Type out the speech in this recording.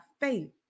faith